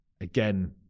again